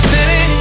City